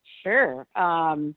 Sure